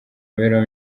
imibereho